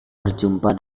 berjumpa